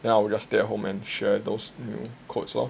then I will just stay at home and share those new codes lor